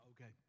okay